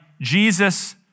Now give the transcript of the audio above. Jesus